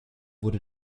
wurde